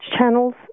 channels